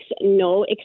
no